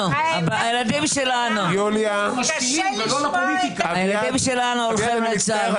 הילדים שלנו הולכים לצה"ל.